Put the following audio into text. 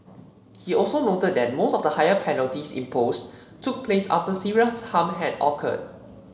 he also noted that most of the higher penalties imposed took place after serious harm had occurred